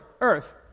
earth